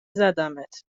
زدمت